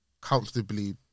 comfortably